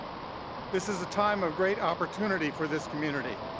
this is a time of great opportunity for this community,